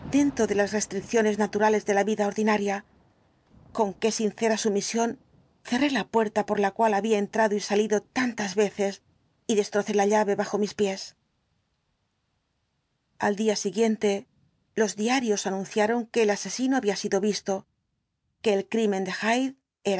dentro de las restricciones naturales de la vida ordinaria con qué sincera sumisión cerré la puerta por la cual había entrado y salido tantas veces y destrocé la llave bajo mis pies al día siguiente los diarios anunciaron que el asesino había sido visto que el crimen de